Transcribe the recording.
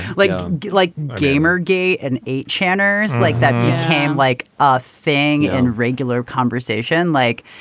like like gamergate, an eight chapters like that became like a thing in regular conversation, like,